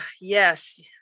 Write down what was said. yes